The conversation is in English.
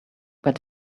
were